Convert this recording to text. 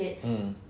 mm